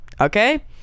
okay